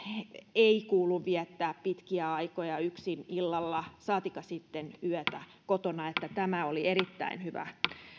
ei kuulu viettää pitkiä aikoja yksin illalla saatikka sitten yötä kotona eli tämä oli erittäin hyvä